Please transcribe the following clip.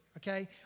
Okay